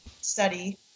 study